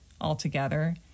altogether